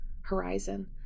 horizon